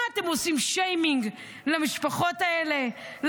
מה אתם עושים שיימינג למשפחות האלה,